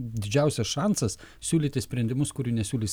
didžiausias šansas siūlyti sprendimus kurių nesiūlys